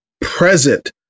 present